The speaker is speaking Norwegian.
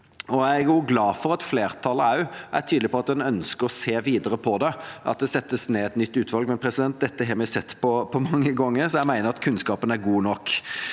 Jeg er glad for at også flertallet er tydelig på at en ønsker å se videre på det, og at det settes ned et nytt utvalg, men dette har vi sett på mange ganger, så jeg mener at kunnskapen er god nok.